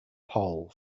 pole